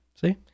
see